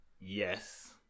yes